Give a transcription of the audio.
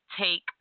take